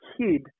kid